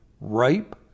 rape